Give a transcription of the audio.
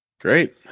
great